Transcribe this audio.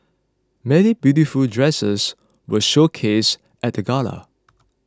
many beautiful dresses were showcased at the gala